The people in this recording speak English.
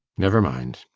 never mind,